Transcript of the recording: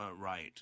right